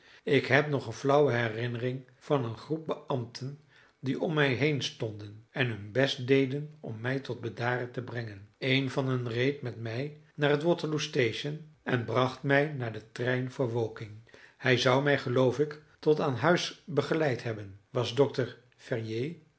ik heb nog een flauwe herinnering van een groep beambten die om mij heen stonden en hun best deden om mij tot bedaren te brengen een van hen reed met mij naar het waterloo station en bracht mij naar den trein voor woking hij zou mij geloof ik tot aan huis begeleid hebben was